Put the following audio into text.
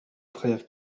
frère